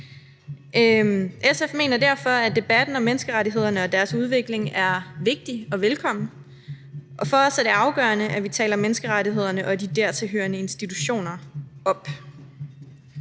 SF mener derfor, at debatten om menneskerettighederne og deres udvikling er vigtig og velkommen, og for os er det afgørende, at vi taler menneskerettighederne og de dertil hørende institutioner op.